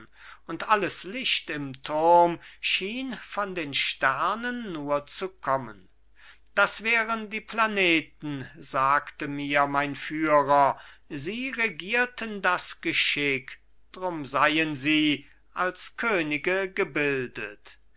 und alles licht im turm schien von den sternen nur zu kommen das wären die planeten sagte mir mein führer sie regierten das geschick drum seien sie als könige gebildet